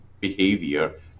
behavior